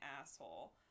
asshole